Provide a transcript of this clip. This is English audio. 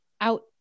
out